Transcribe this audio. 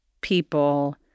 people